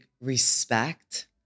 respect